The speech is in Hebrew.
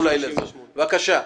ארז קמיניץ, בבקשה.